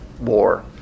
war